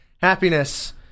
happiness